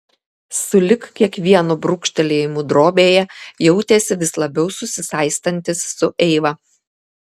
sulig kiekvienu brūkštelėjimu drobėje jautėsi vis labiau susisaistantis su eiva